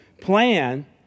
plan